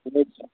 हुन्छ